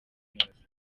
neza